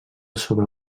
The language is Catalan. sobre